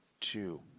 two